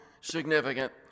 significant